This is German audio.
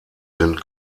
sind